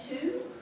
two